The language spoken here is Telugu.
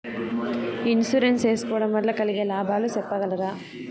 ఇన్సూరెన్సు సేసుకోవడం వల్ల కలిగే లాభాలు సెప్పగలరా?